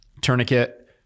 tourniquet